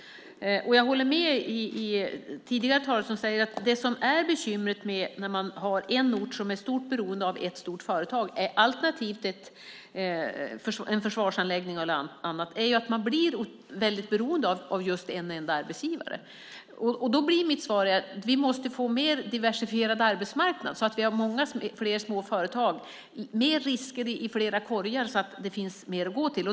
Jag håller med tidigare talare om att det som är bekymret när man har en ort som är beroende av ett stort företag, alternativt en försvarsanläggning, är att man blir väldigt beroende av en enda arbetsgivare. Vi måste få en mer diversifierad arbetsmarknad så att vi har många små företag - mer risker i flera korgar - så att det finns flera att gå till.